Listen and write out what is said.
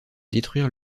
détruire